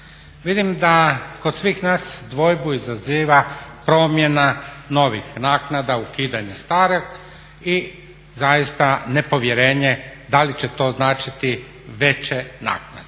Vidim da kod svih nas dvojbu izaziva promjena novih naknada, ukidanje starih i zaista nepovjerenje da li će to značiti veće naknade.